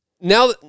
now